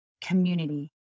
community